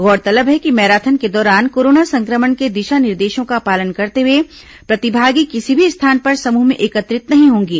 गौरतलब है कि मैराथन के दौरान कोरोना संक्रमण के दिशा निर्देशों का पालन करते हुए प्रतिभागी किसी भी स्थान पर समूह में एकत्रित नहीं होंगे